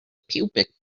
pubic